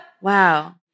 Wow